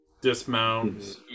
dismount